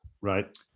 Right